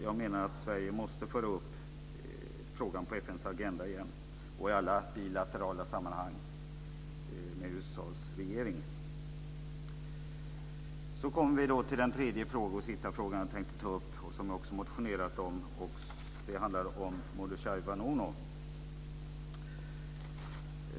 Jag menar att Sverige måste föra upp frågan på FN:s agenda igen och i alla bilaterala sammanhang med USA:s regering. Så kommer vi till den tredje och sista frågan jag tänkte ta upp, som jag också har motionerat om. Det handlar om Mordechai Vanunu.